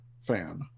fan